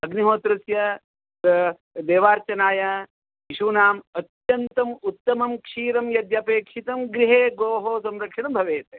अग्निहोत्रस्य देवार्चनाय शिशूनाम् अत्यन्तम् उत्तमं क्षीरं यद्यपेक्षितं गृहे गोः संरक्षणं भवेत्